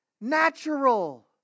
natural